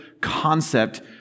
concept